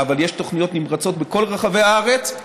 אבל יש תוכניות נמרצות בכל רחבי הארץ.